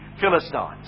Philistines